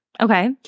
Okay